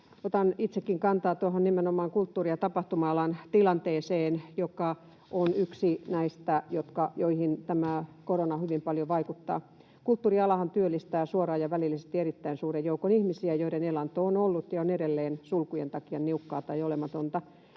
Otan itsekin kantaa nimenomaan kulttuuri- ja tapahtuma-alan tilanteeseen, joka on yksi näistä, joihin tämä korona hyvin paljon vaikuttaa. Kulttuurialahan työllistää suoraan ja välillisesti erittäin suuren joukon ihmisiä, joiden elanto on ollut ja on edelleen sulkujen takia niukkaa tai olematonta.